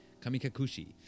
Kamikakushi